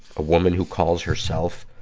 a woman who calls herself,